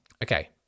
Okay